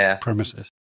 premises